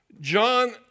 John